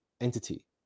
entity